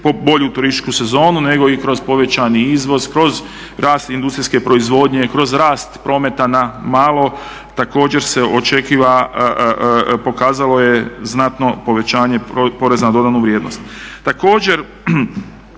bolju turističku sezonu nego i kroz povećani izvoz, kroz rast industrijske proizvodnje, kroz rast prometa na malo. Također se očekuje, pokazalo je znatno povećanje poreza na dodanu vrijednost.